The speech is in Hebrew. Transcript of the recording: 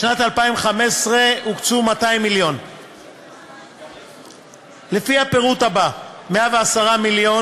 בשנת 2015 הוקצו 200 מיליון שקלים לפי הפירוט הבא: 110 מיליון